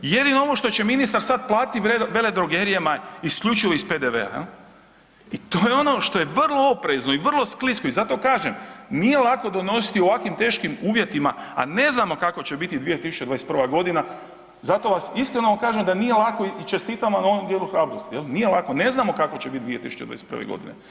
Jedino ovo što će ministar sad platiti veledrogerijama isključivo iz PDV-a i to je ono što je vrlo oprezno i vrlo sklisko i zato kažem nije lako donositi u ovakvim teškim uvjetima, a ne znamo kako će biti 2021. godina zato vas, iskreno kažem, da nije lako i čestitam vam na ovom dijelu hrabrosti, nije lako, ne znamo kako će biti 2021. godine.